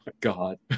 god